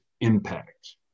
impact